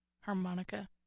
harmonica